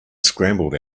scrambled